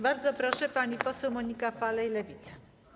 Bardzo proszę, pani poseł Monika Falej, Lewica.